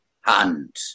hand